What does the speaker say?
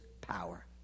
power